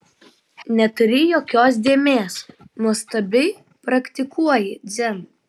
neturi jokios dėmės nuostabiai praktikuoji dzen